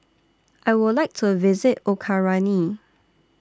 I Would like to visit Ukraine